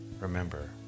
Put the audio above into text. remember